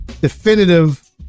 definitive